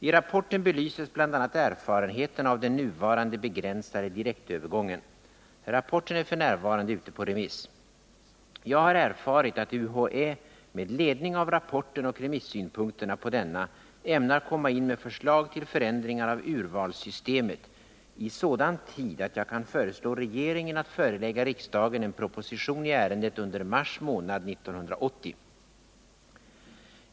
I rapporten belyses bl.a. erfarenheterna av den nuvarande begränsade direktövergången. Rapporten är f. n. ute på remiss. Jag har erfarit att UHÄ med ledning av rapporten och remissynpunkterna på denna ämnar komma in med förslag till förändringar av urvalssystemet i sådan tid att jag kan föreslå regeringen att förelägga riksdagen en proposition i ärendet under mars månad år 1980.